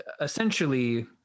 essentially